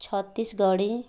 Chhattisgarhi